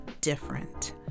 different